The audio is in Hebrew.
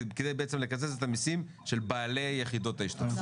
כדי בעצם לקזז את המסים של בעלי יחידות ההשתתפות.